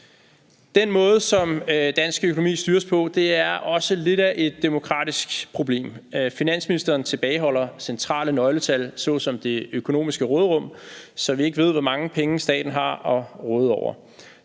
Den måde, som dansk økonomi styres på, er også lidt af et demokratisk problem. Finansministeren tilbageholder centrale nøgletal såsom det økonomiske råderum, så vi ikke ved, hvor mange penge staten har at råde over.